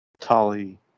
Tali